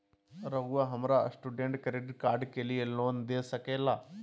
रहुआ हमरा student credit card के लिए लोन दे सके ला?